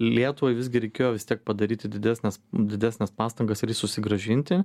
lietuvai visgi reikėjo vis tiek padaryti didesnes didesnes pastangas ir jį susigrąžinti